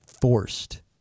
forced